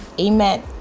Amen